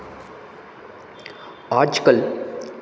आज कल